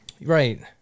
Right